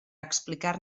explicar